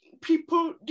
people